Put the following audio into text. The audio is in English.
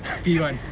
P one